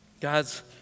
God's